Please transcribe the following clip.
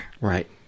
Right